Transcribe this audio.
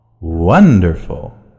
Wonderful